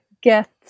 get